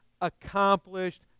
accomplished